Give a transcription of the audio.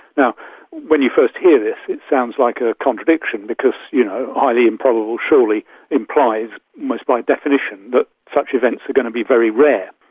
yeah when you first hear this, it sounds like a contradiction because you know highly improbable surely implies almost by definition that such events are going to be very rare.